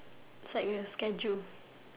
it's like a schedule